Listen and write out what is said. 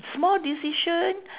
small decision